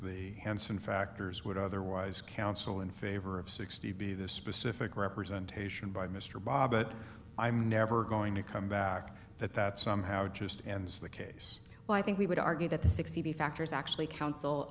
the henson factors would otherwise counsel in favor of sixty b this specific representation by mr bobbitt i'm never going to come back that that somehow just ends the case well i think we would argue that the sixty factors actually counsel